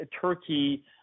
Turkey